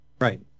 Right